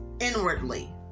inwardly